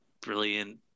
Brilliant